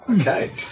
Okay